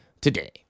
today